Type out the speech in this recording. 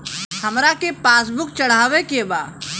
हमरा के पास बुक चढ़ावे के बा?